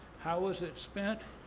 how was that spent?